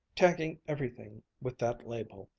tagging everything with that label,